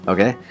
Okay